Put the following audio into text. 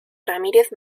ramírez